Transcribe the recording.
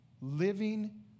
living